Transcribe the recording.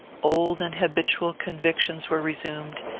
old and habitual convictions were resumed,